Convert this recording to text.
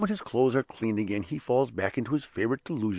the moment his clothes are cleaned again he falls back into his favorite delusion,